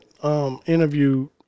Interview